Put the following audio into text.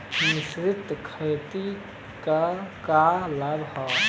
मिश्रित खेती क का लाभ ह?